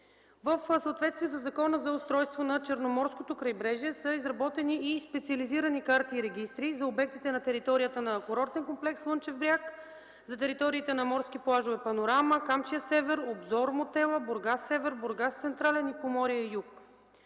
В съответствие със Закона за устройството на Черноморското крайбрежие са изработени и специализирани карти и регистри за обектите на територията на курортен комплекс „Слънчев бряг”, за териториите на морски плажове „Панорама”, „Камчия-север”, „Обзор-мотела”, „Бургас север”, „Бургас-централен” и „Поморие-юг”.